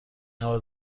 نود